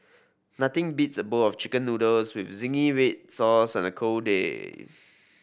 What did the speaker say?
nothing beats a bowl of chicken noodles with zingy red sauce on a cold day